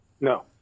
No